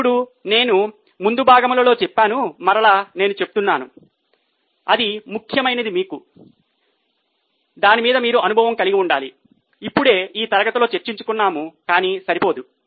ఇప్పుడు నేను ముందు భాగములలో చెప్పాను మరల నేను చెప్తున్నాను అది ముఖ్యమైనది మీకు మీరు అనుభవం కలిగి ఉండాలి ఇప్పుడే ఈ తరగతిలో చర్చించుకున్నాము కానీ సరిపోదు